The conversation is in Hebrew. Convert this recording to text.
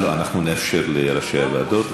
אנחנו נאפשר לראשי הוועדות,